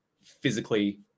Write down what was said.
physically